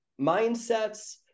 mindsets